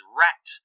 rat